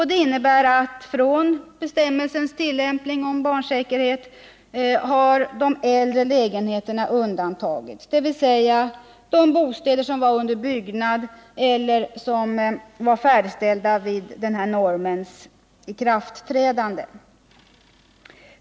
Det innebär att från tillämpningen av bestämmelsen om barnsäkerhet har äldre lägenheter undantagits, dvs. bostäder som var under byggnad eller färdigställda vid normens ikraftträdande.